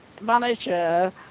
manager